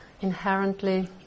inherently